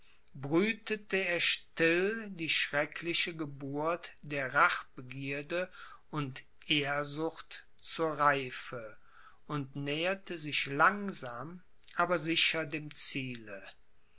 brütete er still die schreckliche geburt der rachbegierde und ehrsucht zur reife und näherte sich langsam aber sicher dem ziele